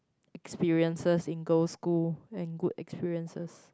experiences in girl school and good experiences